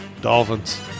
Dolphins